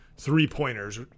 three-pointers